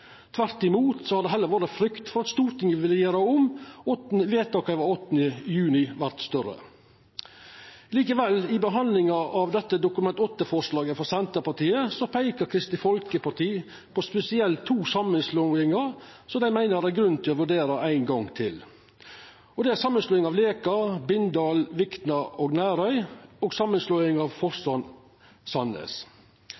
Tvert imot, har vel heller frykta for at Stortinget ville gjera om vedtaket av 8. juni vore større. Likevel, i behandlinga av dette Dokument 8-forslaget frå Senterpartiet, peikar Kristeleg Folkeparti på spesielt to samanslåingar som dei meiner det er grunn til å vurdera ein gong til. Det er samanslåinga av Leka, Bindal, Vikna og Nærøy og samanslåinga av